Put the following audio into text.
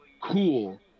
cool